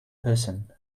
person